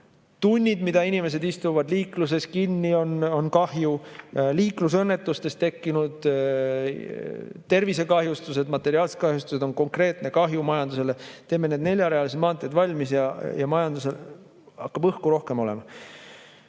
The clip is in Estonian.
Tunnid, mida inimesed istuvad liikluses kinni, on kahju. Liiklusõnnetustes tekkinud tervisekahjustused, materiaalsed kahjustused on konkreetne kahju majandusele. Teeme need neljarealised maanteed valmis ja majandusel hakkab rohkem õhku olema.